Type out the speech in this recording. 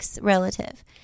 relative